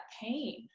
pain